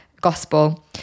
gospel